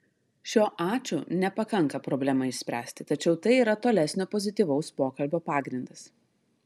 šio ačiū nepakanka problemai išspręsti tačiau tai yra tolesnio pozityvaus pokalbio pagrindas